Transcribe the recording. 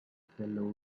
fellow